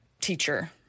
teacher